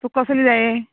तूं कसली जाय